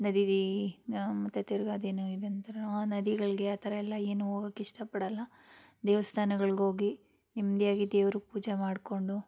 ನದೀಲ್ಲಿ ಮತ್ತು ತಿರ್ಗಿ ಅದೇನು ಆ ನದಿಗಳಿಗೆ ಆ ಥರ ಎಲ್ಲ ಏನು ಹೋಗಕ್ ಇಷ್ಟಪಡೋಲ್ಲ ದೇವಸ್ಥಾನಗಳ್ಗೋಗಿ ನೆಮ್ಮದಿಯಾಗಿ ದೇವ್ರ್ಗೆ ಪೂಜೆ ಮಾಡಿಕೊಂಡು